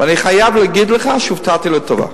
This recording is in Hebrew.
ואני חייב להגיד לך שהופתעתי לטובה.